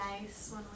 nice